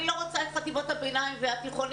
אני לא רוצה את חטיבת הביניים והתיכונים